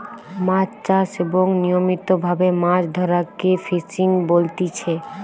মাছ চাষ এবং নিয়মিত ভাবে মাছ ধরাকে ফিসিং বলতিচ্ছে